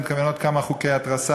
אני מתכוון לעוד כמה חוקי התרסה,